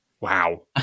Wow